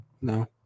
No